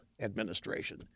administration